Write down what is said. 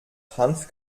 hanf